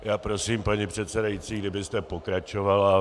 Já prosím, paní předsedající, kdybyste pokračovala.